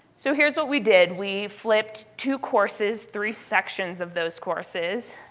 so here's what we did. we flipped two courses, three sections of those courses.